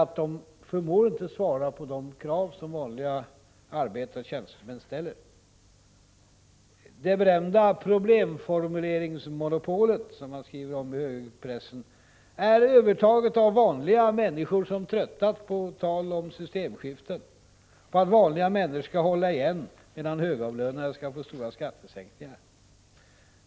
Högern förmår inte svara mot de krav som vanliga arbetare och tjänstemän ställer. Det berömda problemformuleringsmonopolet, som man skriver om i högerpressen, är övertaget av vanliga människor som tröttnat på talet om systemskiften och om att vanliga människor skall hålla igen medan högavlönade skall få stora skattesänkningar.